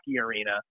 arena